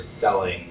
selling